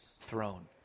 throne